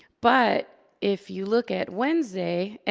but, if you look at wednesday, and